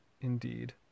indeed